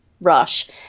rush